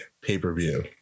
pay-per-view